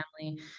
family